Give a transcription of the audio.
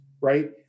right